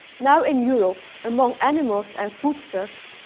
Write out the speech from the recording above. now, in europe among animals and food-stuffs,